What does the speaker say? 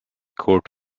court